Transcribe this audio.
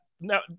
Now